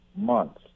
months